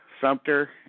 Sumter